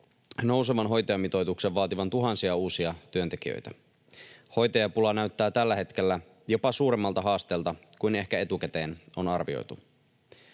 nousevan hoitajamitoituksen vaativan tuhansia uusia työntekijöitä. Hoitajapula näyttää tällä hetkellä ehkä jopa suuremmalta haasteelta kuin etukäteen on arvioitu.